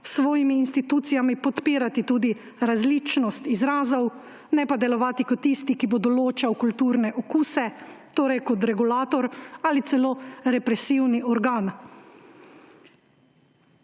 svojimi institucijami podpirati tudi različnost izrazov, ne pa delovati kot tisti, ki bo določal kulturne okuse, torej kot regulator ali celo represivni organ.